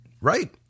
Right